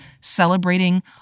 celebrating